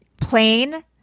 Plain